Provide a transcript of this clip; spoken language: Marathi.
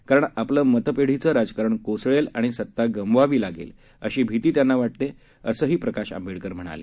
कारण आपलं मतपेढीचं राजकारण कोसळेल आणि सत्ता गमवावी लागेल अशी भीती त्यांना वाटते असं प्रकाश आंबेडकर म्हणाले